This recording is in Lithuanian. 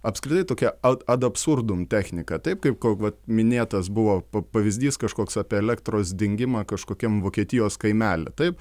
apskritai tokia ad absurdum technika taip kaip ko minėtas buvo pavyzdys kažkoks apie elektros dingimą kažkokiam vokietijos kaimely taip